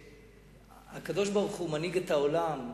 שהקדוש-ברוך-הוא מנהיג את העולם,